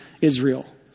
Israel